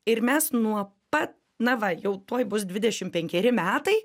ir mes nuo pat na va jau tuoj bus dvidešim penkeri metai